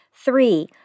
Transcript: Three